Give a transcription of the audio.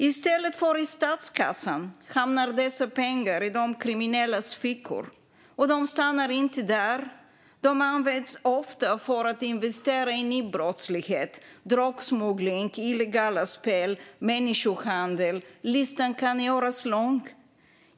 I stället för i statskassan hamnar dessa pengar i de kriminellas fickor, och de stannar inte där. De används ofta för att investera i ny brottslighet - drogsmuggling, illegala spel och människohandel. Listan kan göras lång.